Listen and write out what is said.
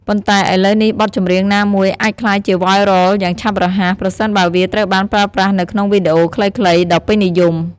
ប៉ុន្តែឥឡូវនេះ បទចម្រៀងណាមួយអាចក្លាយជា វ៉ាយរ៉ល (viral) យ៉ាងឆាប់រហ័ស ប្រសិនបើវាត្រូវបានប្រើប្រាស់នៅក្នុងវីដេអូខ្លីៗ ដ៏ពេញនិយម។